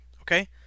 Okay